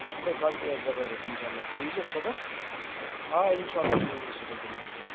display quality آسہِ زَبردَست اِنشاء اَللّہ تُہۍ یی زیٚو صُبحس آ اِنشاء اَللّہ تُہۍ یی زیٚو صُبحس بہٕ دِمہٕ ترٛٲوِتھ